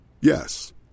Yes